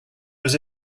was